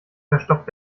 verstopft